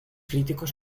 críticos